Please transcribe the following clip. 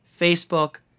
Facebook